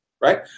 right